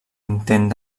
intent